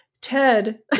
Ted